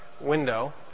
window